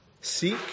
seek